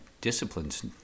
disciplines